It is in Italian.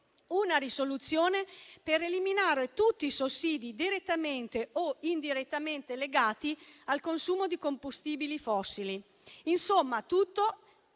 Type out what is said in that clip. una risoluzione per eliminare tutti i sussidi direttamente o indirettamente legati al consumo di combustibili fossili. Insomma, tutto